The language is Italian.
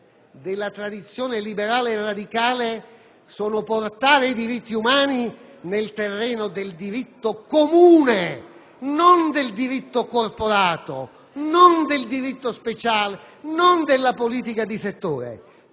tradizione liberale e radicale sono portare i diritti umani nel terreno del diritto comune, non del diritto corporato, del diritto speciale o della politica di settore.